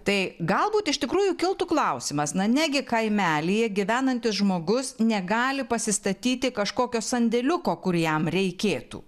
tai galbūt iš tikrųjų kiltų klausimas na negi kaimelyje gyvenantis žmogus negali pasistatyti kažkokio sandėliuko kur jam reikėtų